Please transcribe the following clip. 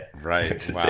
right